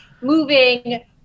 moving